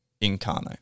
incarnate